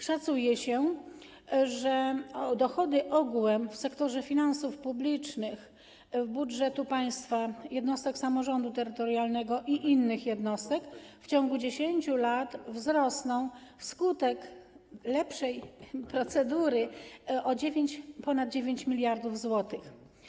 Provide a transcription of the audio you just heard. Szacuje się, że dochody ogółem w sektorze finansów publicznych - budżetu państwa, jednostek samorządu terytorialnego i innych jednostek - w ciągu 10 lat wzrosną wskutek lepszej procedury o ponad 9 mld zł.